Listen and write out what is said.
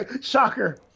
Shocker